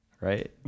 right